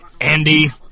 Andy